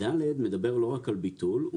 סעיף (ד) מדבר לא רק על ביטול אלא הוא